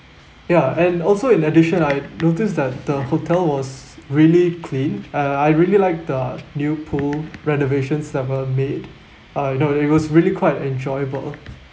ya and also in addition I noticed that the hotel was really clean and I really liked the new pool renovations that were made uh you know it was really quite enjoyable